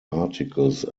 articles